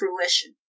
fruition